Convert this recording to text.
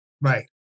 right